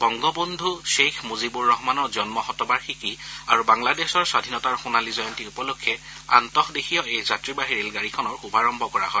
বংগবন্ধু শ্বেইখ মুজিবুৰ ৰহমানৰ জন্মশতবৰ্ষিকী আৰু বাংলাদেশৰ স্বাধীনতাৰ সোণালী জয়ন্তী উপলক্ষে আন্তঃদেশীয় এই যাত্ৰীবাহী ৰেলগাড়ীখনৰ শুভাৰম্ভ কৰা হয়